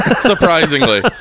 surprisingly